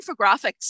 infographics